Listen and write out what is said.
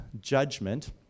judgment